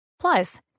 Plus